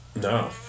No